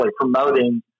promoting